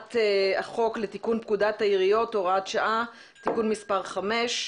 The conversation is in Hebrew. בהצעת החוק לתיקון פקודת העיריות (הוראת שעה) (תיקון מס' 5),